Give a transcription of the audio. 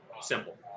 Simple